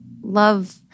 love